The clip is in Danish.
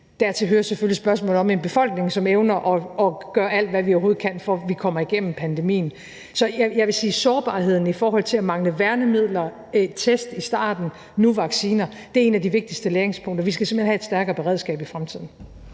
Dertil hører selvfølgelig spørgsmålet om en befolkning, som evner at gøre alt, hvad vi overhovedet kan, for at vi kommer igennem pandemien. Så jeg vil sige, at sårbarheden i forhold til at mangle værnemidler, test i starten og nu vacciner er et af de vigtigste læringspunkter. Vi skal simpelt hen have et stærkere beredskab i fremtiden.